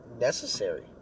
necessary